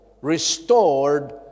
restored